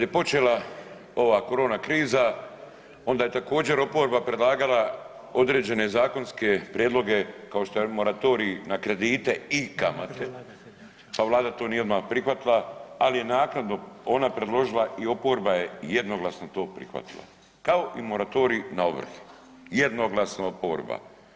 je počela ova korona kriza onda je također oporba predlagala određene zakonske prijedloge kao što je moratorij na kredite i kamate pa Vlada to nije odmah prihvatila ali je naknadno ona predložila i oporba je jednoglasno to prihvatila kao i moratorij na ovrhe, jednoglasno oporba.